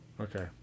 Okay